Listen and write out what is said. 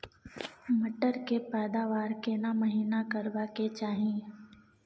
मटर के पैदावार केना महिना करबा के चाही?